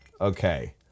okay